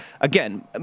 again